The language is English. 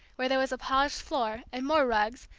where there was a polished floor, and more rugs,